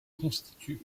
constitue